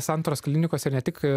santaros klinikose ne tik